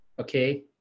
okay